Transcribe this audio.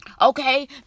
Okay